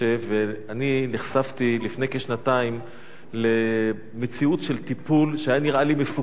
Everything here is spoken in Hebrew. אני נחשפתי לפני כשנתיים למציאות של טיפול שהיה נראה לי מפוקפק ביותר.